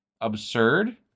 absurd